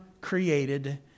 created